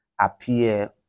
appear